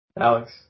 Alex